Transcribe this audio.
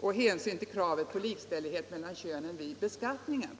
och att hänsyn måste tas till kravet på likställighet mellan könen vid beskattningen.